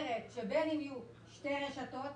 אם יהיו שתי רשתות